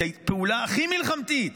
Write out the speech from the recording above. כפעולה הכי מלחמתית,